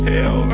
Hell